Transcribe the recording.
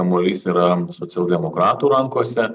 kamuolys yra socialdemokratų rankose